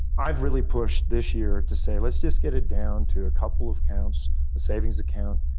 i've really pushed this year to say, let's just get it down to a couple of accounts, a savings account,